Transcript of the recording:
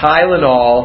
Tylenol